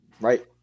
Right